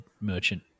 merchant